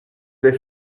des